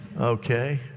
Okay